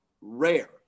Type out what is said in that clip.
rare